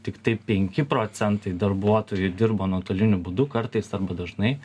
tiktai penki procentai darbuotojų dirbo nuotoliniu būdu kartais arba dažnai